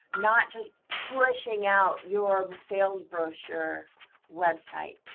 not just pushing out your sales brochure website.